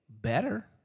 better